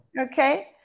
Okay